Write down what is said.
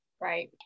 Right